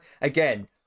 again